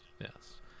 yes